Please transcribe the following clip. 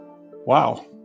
Wow